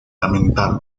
lamentar